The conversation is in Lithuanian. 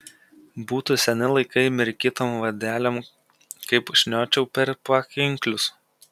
būtų seni laikai mirkytom vadelėm kaip šniočiau per pakinklius